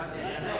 זה "סה".